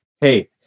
Hey